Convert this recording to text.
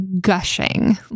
gushing